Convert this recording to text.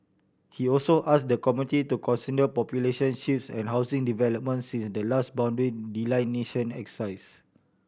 he also asked the committee to consider population shifts and housing developments since the last boundary delineation exercise